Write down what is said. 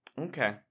Okay